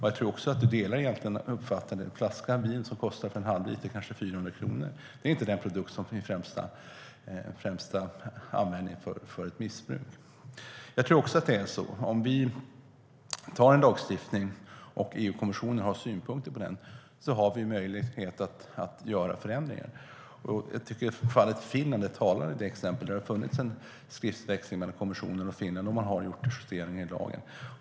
Jag tror också att vi egentligen delar uppfattningen att en flaska vin på en halvliter som kostar kanske 400 kronor inte är den produkt som främst kommer till användning för missbruk. Om vi tar en lagstiftning och EU-kommissionen har synpunkter på den har vi möjlighet att göra förändringar. Jag tycker att fallet Finland är ett talande exempel. Det har funnits en skriftväxling mellan kommissionen och Finland, och man har gjort en justering i lagen.